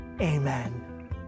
amen